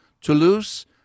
Toulouse